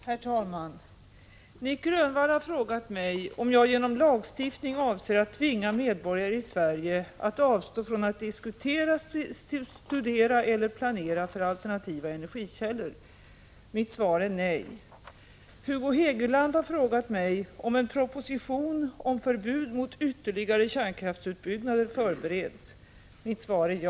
Herr talman! Nic Grönvall har frågat mig om jag genom lagstiftning avser att tvinga medborgare i Sverige att avstå från att diskutera, studera eller planera för alternativa energikällor. Mitt svar är nej. Hugo Hegeland har frågat mig om en proposition om förbud mot ytterligare kärnkraftsutbyggnader förbereds. Mitt svar är ja.